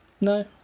No